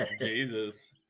Jesus